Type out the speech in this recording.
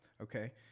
Okay